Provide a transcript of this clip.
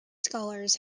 scholars